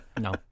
no